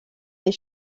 les